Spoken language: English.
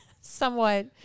somewhat